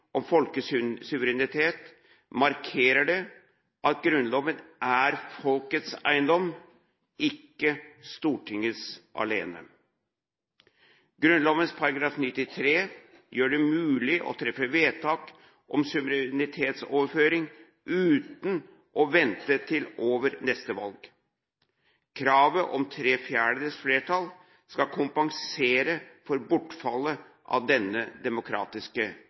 om folkesuverenitet markerer det at Grunnloven er folkets eiendom, ikke Stortingets alene. Grunnloven § 93 gjør det mulig å treffe vedtak om suverenitetsoverføring uten å vente til over neste valg. Kravet om tre fjerdedels flertall skal kompensere for bortfallet av denne demokratiske